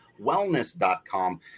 wellness.com